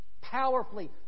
powerfully